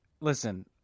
listen